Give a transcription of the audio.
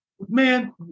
Man